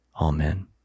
Amen